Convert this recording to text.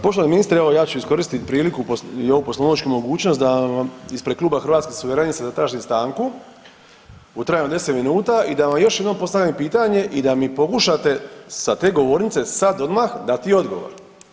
Poštovani ministre evo ja ću iskoristiti priliku i ovu poslovničku mogućnost da vam ispred Kluba Hrvatskih suverenista zatražim stanku u trajanju od 10 minuta i da vam još jednom postavim pitanje i da mi pokušate sa te govornice sada odmah dati odgovor.